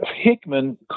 Hickman